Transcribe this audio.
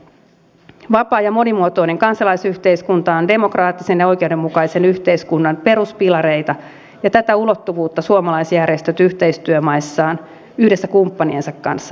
vapaa ja monimuotoinen kansalaisyhteiskunta on demokraattisen ja oikeudenmukaisen yhteiskunnan peruspilareita ja tätä ulottuvuutta suomalaisjärjestöt yhteistyömaissaan yhdessä kumppaniensa kanssa vahvistavat